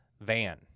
Van